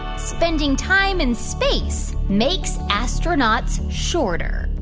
spending time in space makes astronauts shorter?